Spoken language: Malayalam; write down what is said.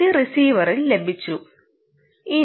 ഇത് റിസീവറിൽ ലഭിച്ചു റഫർ സമയം 2806